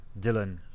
dylan